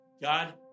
God